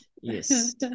Yes